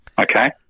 okay